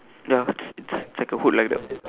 ya it's like a hood like that